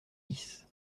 dix